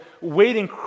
waiting